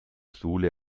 sohle